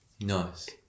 Nice